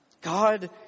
God